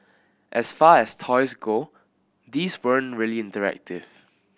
as far as toys go these weren't really interactive